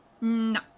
No